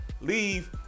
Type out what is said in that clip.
leave